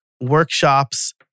workshops